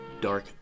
Dark